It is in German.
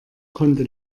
konnte